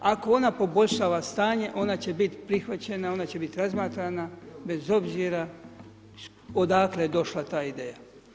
Ako, ona poboljšava stanje, ona će biti prihvaćena, ona će biti razmatrana, bez obzira odakle je došla ta ideja.